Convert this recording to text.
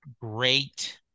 great